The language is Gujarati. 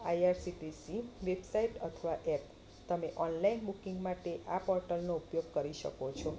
આઈઆરસીટીસી વેબસાઇટ અથવા એપ તમે ઓનલાઈન બુકિંગ માટે આ પોર્ટલનો ઉપયોગ કરી શકો છો